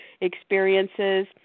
experiences